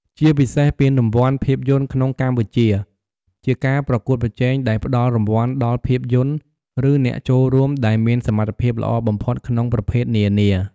ជាពិសេសពានរង្វាន់ភាពយន្តក្នុងកម្ពុជាជាការប្រកួតប្រជែងដែលផ្តល់រង្វាន់ដល់ភាពយន្ត ឬអ្នកចូលរួមដែលមានសមត្ថភាពល្អបំផុតក្នុងប្រភេទនានា។